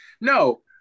no